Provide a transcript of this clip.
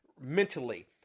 mentally